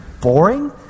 boring